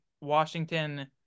Washington